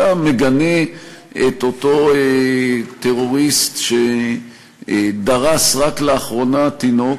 אתה מגנה את אותו טרוריסט שדרס רק לאחרונה תינוק,